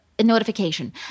notification